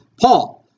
Paul